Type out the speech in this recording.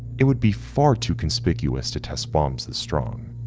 it would be far too conspicuous to test bombs as strong.